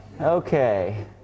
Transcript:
Okay